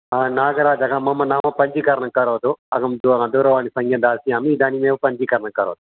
नागराजः मम नाम पञ्जीकरणं करोतु अहं दूर दूरवाणिसङ्ख्यां दास्यामि इदानीमेव पञ्जीकरणं करोतु